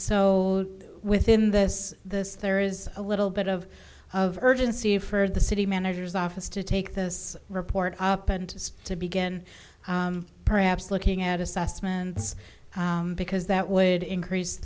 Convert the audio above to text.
so within this this there is a little bit of of urgency for the city manager's office to take this report up and to begin perhaps looking at assessments because that would increase